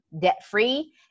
debt-free